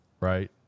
right